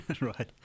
Right